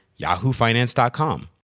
yahoofinance.com